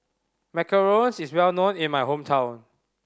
macarons is well known in my hometown